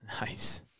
nice